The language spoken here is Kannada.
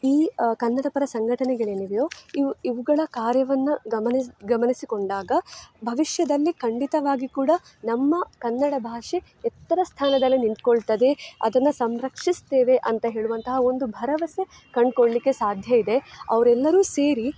ಈ ಕನ್ನಡ ಪರ ಸಂಘಟನೆಗಳೇನಿವೆಯೋ ಇವು ಇವುಗಳ ಕಾರ್ಯವನ್ನು ಗಮನಿಸ ಗಮನಿಸಿಕೊಂಡಾಗ ಭವಿಷ್ಯದಲ್ಲಿ ಖಂಡಿತವಾಗಿ ಕೂಡ ನಮ್ಮ ಕನ್ನಡ ಭಾಷೆ ಎತ್ತರ ಸ್ಥಾನದಲ್ಲಿ ನಿಂತುಕೊಳ್ತದೆ ಅದನ್ನು ಸಂರಕ್ಷಿಸ್ತೇವೆ ಅಂತ ಹೇಳುವಂತಹ ಒಂದು ಭರವಸೆ ಕಂಡುಕೊಳ್ಲಿಕ್ಕೆ ಸಾಧ್ಯ ಇದೆ ಅವರೆಲ್ಲರೂ ಸೇರಿ